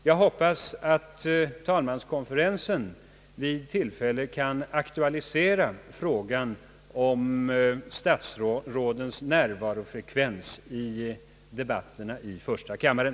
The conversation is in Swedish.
Jag hoppas att talmanskonferensen vid tillfälle skall aktualisera frågan om statsrådens närvarofrekvens i debatterna i första kammaren.